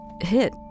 hit